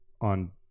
on